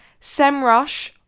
SEMrush